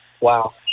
Wow